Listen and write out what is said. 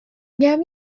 میگم